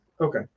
Okay